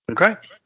Okay